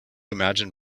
imagine